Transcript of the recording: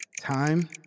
Time